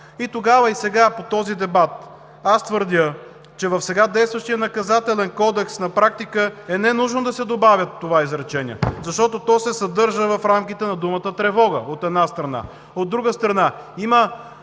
И тогава, и сега в този дебат твърдя, че в сега действащия Наказателен кодекс на практика е ненужно да се добавя това изречение, защото то се съдържа в рамките на думата „тревога“, от една страна. От друга страна, има